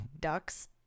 Ducks